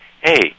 hey